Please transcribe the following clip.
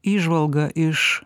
įžvalga iš